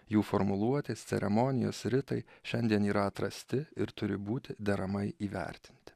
jų formuluotės ceremonijos ritai šiandien yra atrasti ir turi būti deramai įvertinti